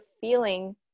feeling